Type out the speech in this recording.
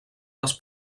les